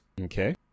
okay